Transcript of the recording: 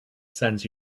sends